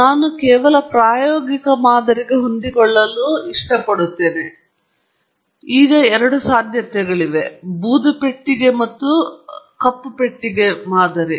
ನಾವು ಪ್ರಾಯೋಗಿಕ ಮಾದರಿಗೆ ಹೊಂದಿಕೊಳ್ಳಲು ಆಯ್ಕೆ ಮಾಡುತ್ತೇವೆ ಮತ್ತು ಎರಡು ಸಾಧ್ಯತೆಗಳಿವೆ ಬೂದು ಪೆಟ್ಟಿಗೆ ಮತ್ತು ಕಪ್ಪು ಬಾಕ್ಸ್ ಮಾದರಿ